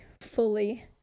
fully